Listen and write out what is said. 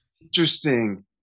Interesting